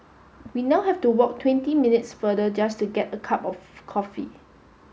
we now have to walk twenty minutes farther just to get a cup of coffee